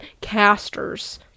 casters